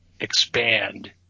expand